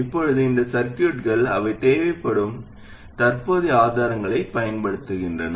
இப்போது இந்த சர்கியூட்கள் அவை தேவைப்படும் இந்த தற்போதைய ஆதாரங்களைப் பயன்படுத்துகின்றன